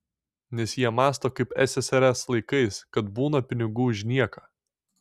nes jie mąsto kaip ssrs laikais kad būna pinigų už nieką